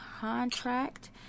contract